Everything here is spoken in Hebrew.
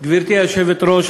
גברתי היושבת-ראש,